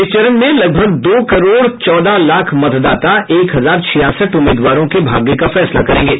इस चरण में लगभग दो करोड चौदह लाख मतदाता एक हजार छियासठ उम्मीदवारों के भाग्य का फैसला करेंगे